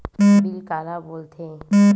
Bill काला बोल थे?